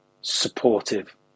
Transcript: supportive